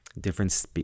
different